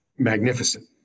Magnificent